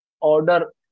order